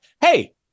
hey